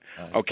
Okay